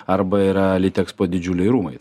arba yra litexpo didžiuliai rūmai